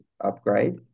upgrade